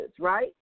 right